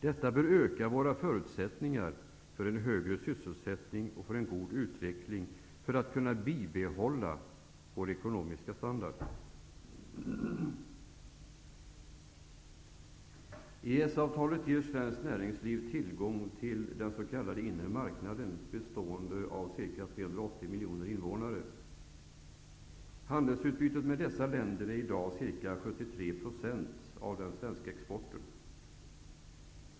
Detta bör öka våra förutsättningar för en högre sysselsättning och en god utveckling för att kunna bibehålla vår ekonomiska standard. EES-avtalet ger svenskt näringsliv tillgång till den s.k. inre marknaden bestående av ca 380 miljoner innevånare. Handelsutbytet med dessa länder är i dag ca 73 % av den svenska exporten.